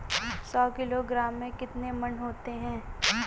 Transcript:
सौ किलोग्राम में कितने मण होते हैं?